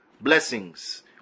blessings